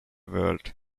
world